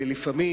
לפעמים,